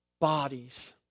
bodies